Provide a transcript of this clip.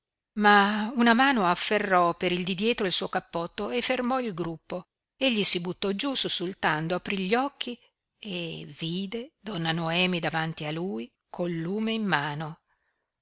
ma una mano afferrò per il di dietro il suo cappotto e fermò il gruppo egli si buttò giú sussultando aprí gli occhi e vide donna noemi davanti a lui col lume in mano